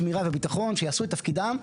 עובדות זה אומר שהם עושים את תפקידם,